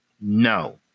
No